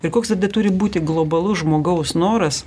ir koks tada turi būti globalus žmogaus noras